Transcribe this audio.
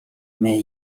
mais